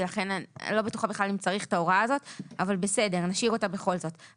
היא לא שכל זכאות חייבת להיות בחוק,